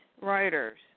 writers